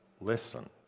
listen